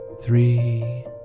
three